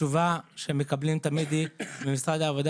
השאלה היא מה עם כללית שחולשת על --- איך